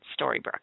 Storybrooke